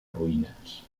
ruïnes